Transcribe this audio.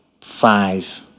five